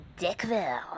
Dickville